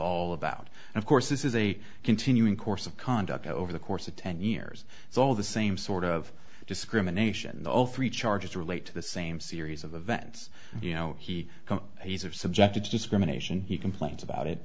all about and of course this is a continuing course of conduct over the course of ten years it's all the same sort of discrimination all three charges relate to the same series of events you know he he's are subjected to discrimination he complains about it